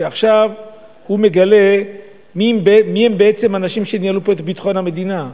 שעכשיו הוא מגלה מיהם בעצם האנשים שניהלו פה את ביטחון המדינה.